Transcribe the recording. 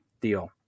deal